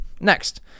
Next